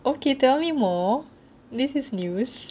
okay tell me more this is news